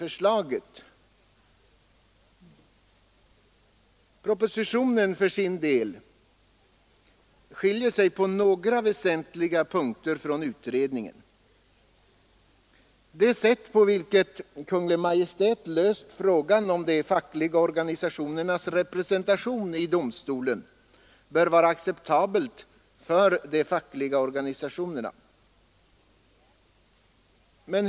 Propositionen skiljer sig på några väsentliga punkter från utredningen. Det sätt på vilket Kungl. Maj:t löst frågan om de fackliga organisationernas representation i ” domstolen bör vara acceptabelt för de fackliga organisationerna.